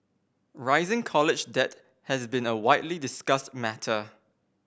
rising college debt has been a widely discussed matter